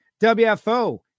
wfo